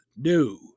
new